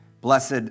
Blessed